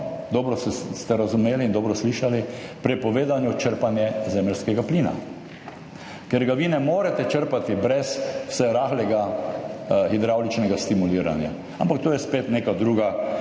dobro ste razumeli in dobro slišali, prepovedano črpanje zemeljskega plina, ker ga vi ne morete črpati brez vsaj rahlega hidravličnega stimuliranja, ampak to je spet neka druga